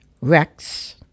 Rex